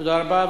תודה רבה.